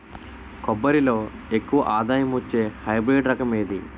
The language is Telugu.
కొబ్బరి లో ఎక్కువ ఆదాయం వచ్చే హైబ్రిడ్ రకం ఏది?